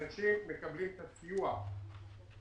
אנשים מקבלים את הסיוע הזה,